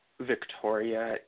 Victoria